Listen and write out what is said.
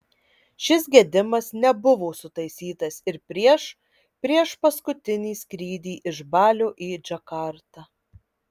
šis gedimas nebuvo sutaisytas ir prieš priešpaskutinį skrydį iš balio į džakartą